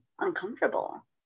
uncomfortable